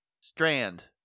Strand